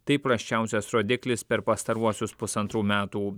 tai prasčiausias rodiklis per pastaruosius pusantrų metų